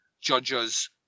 judges